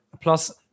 plus